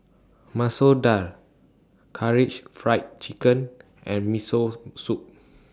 Masoor Dal Karaage Fried Chicken and Miso Soup